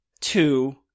Two